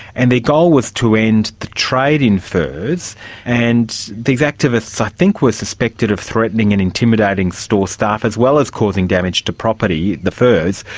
and their goal was to end the trade in furs and these activists i think were suspected of threatening and intimidating store staff as well as causing damage to property, the furs.